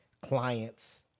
clients